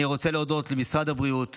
אני רוצה להודות למשרד הבריאות